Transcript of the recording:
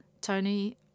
Tony